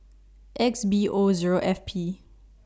X B O Zero F P